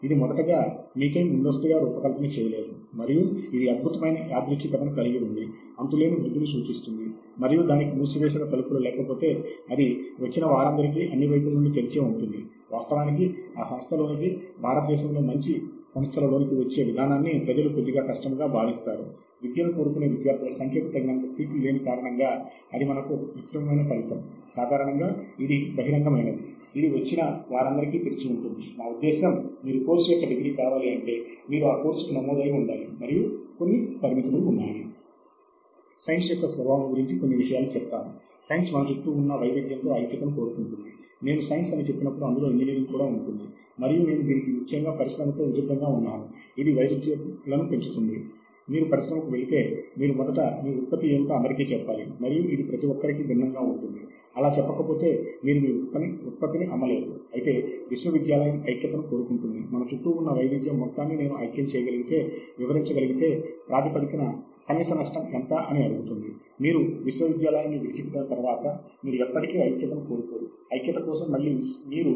మొదటగా ఎందుకు సాహిత్య శోధనలో ప్రవేశించాలి అనే నేపథ్యం గురించి చాలా క్లుప్తముగా మనం చర్చిద్దాము ఆపై మనకి కావలసిన సాహిత్య మూలాలు ఎక్కడ ఉన్నాయి ఆ సాహిత్య మూలాలను వెతకటానికి మనకి గల మార్గాలు ఏమిటి అటు పై ప్రపంచవ్యాప్తంగా శాస్త్రవేత్తలు ఉపయోగిస్తున్న ప్రాచీన సాహిత్యమును నిల్వ చేస్తున్న ప్రచరణకర్తలు ఎవరు